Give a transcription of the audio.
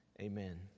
amen